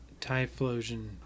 Typhlosion